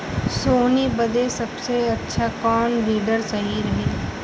सोहनी बदे सबसे अच्छा कौन वीडर सही रही?